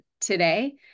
today